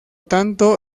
tanto